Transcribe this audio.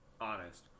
honest